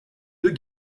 deux